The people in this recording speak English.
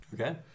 Okay